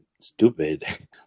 stupid